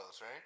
right